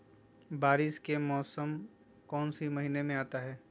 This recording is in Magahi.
बारिस के मौसम कौन सी महीने में आता है?